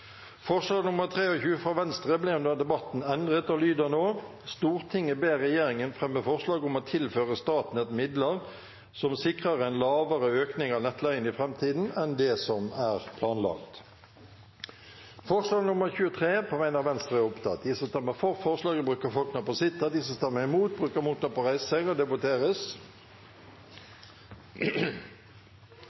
forslag nr. 23, fra Ola Elvestuen på vegne av Venstre Det voteres over forslag nr. 23, fra Venstre. Forslaget ble under debatten endret og lyder nå: «Stortinget ber regjeringen fremme forslag om å tilføre Statnett midler som sikrer en lavere økning av nettleien i fremtiden enn det som er planlagt.» Det voteres